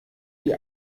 die